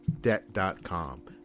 Debt.com